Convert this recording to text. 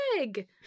egg